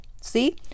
See